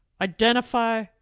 Identify